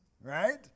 right